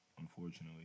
unfortunately